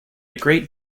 great